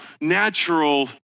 natural